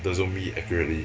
the zombie accurately